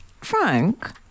Frank